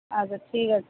আচ্ছা ঠিক আছে